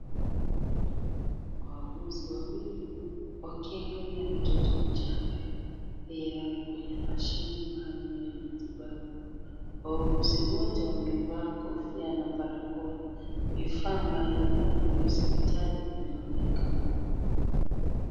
Wauguzi wawili wakiangalia mtoto mchanga aliyelala kwenye mashine maalum ya matibabu. Wauguzi wote wamevaa kofia na barakoa. Vifaa mbalimbali vya hospitali vinaonekana.